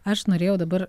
aš norėjau dabar